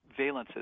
valences